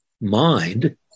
mind